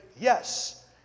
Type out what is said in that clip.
yes